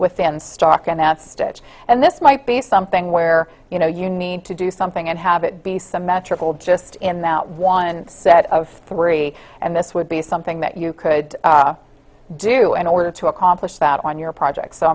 within stock and that stitch and this might be something where you know you need to do something and have it be symmetrical just in that one set of three and this would be something that you could do in order to accomplish that on your project so